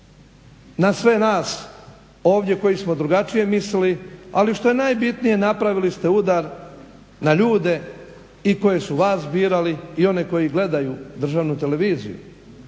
na sve nas ovdje koji smo drugačije mislili, ali što je najbitnije napravili ste udar na ljude i koji su vas birali i oni koji gledaju državnu televiziju?